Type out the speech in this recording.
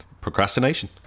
procrastination